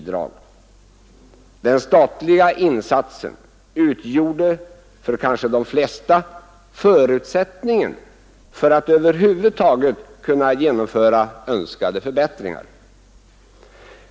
Den statliga insatsen utgjorde kanske för de flesta förutsättningen för att över huvud taget kunna genomföra önskade förbättringar.